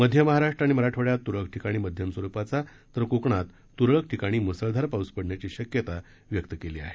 मध्य महाराष्ट्र आणि मराठवाड़यात तूरळक ठिकाणी मध्यम स्वरुपाचा तर कोकणात त्रळक ठिकाणी म्सळधार पाऊस पडण्याची शक्यता व्यक्त करण्यात आली आहे